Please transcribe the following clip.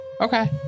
okay